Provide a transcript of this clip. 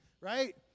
right